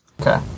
Okay